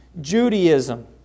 Judaism